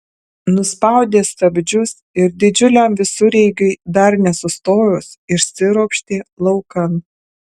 nuspaudė stabdžius ir didžiuliam visureigiui dar nesustojus išsiropštė laukan